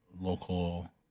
local